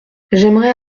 j’aimerais